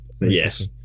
yes